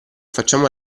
facciamo